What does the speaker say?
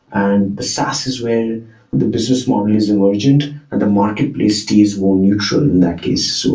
and the sass is where the business model is emergent and the marketplace stays more neutral and that case. so